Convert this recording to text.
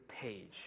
page